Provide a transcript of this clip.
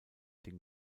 den